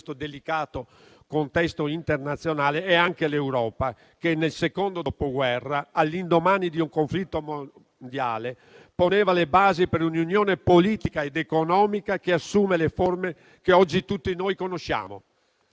è anche l'Europa che nel secondo Dopoguerra, all'indomani di un conflitto mondiale, poneva le basi per un'unione politica ed economica che ha assunto le forme che oggi tutti noi conosciamo.